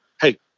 hey